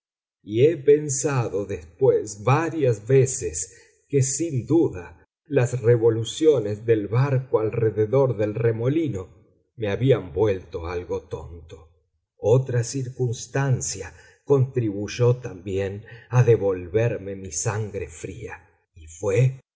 y he pensado después varias veces que sin duda las revoluciones del barco alrededor del remolino me habían vuelto algo tonto otra circunstancia contribuyó también a devolverme mi sangre fría y fué